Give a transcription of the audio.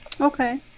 Okay